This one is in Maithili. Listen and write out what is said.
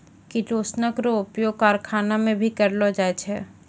किटोसनक रो उपयोग करखाना मे भी करलो जाय छै